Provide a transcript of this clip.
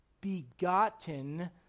begotten